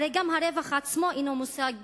הרי גם הרווח עצמו אינו מושג